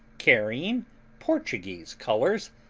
carrying portuguese colours,